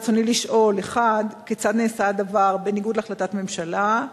רצוני לשאול: 1. כיצד נעשה הדבר בניגוד להחלטת הממשלה?